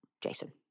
Jason